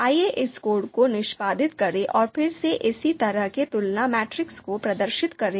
आइए इस कोड को निष्पादित करें और फिर से इसी तरह के तुलना मैट्रिक्स को प्रदर्शित करें